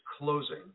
closing